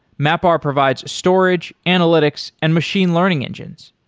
mapr provides storage, analytics and machine learning engines.